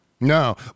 No